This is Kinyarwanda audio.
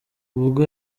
ubwo